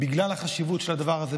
בגלל החשיבות של הדבר הזה,